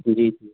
جی جی